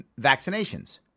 vaccinations